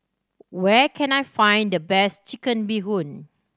where can I find the best Chicken Bee Hoon